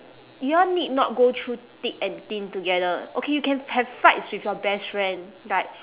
y'all need not go through thick and thin together okay you can have fights with your best friend like